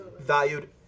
valued